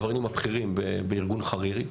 מהעבריינים הבכירים בארגון חרירי,